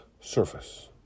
Surface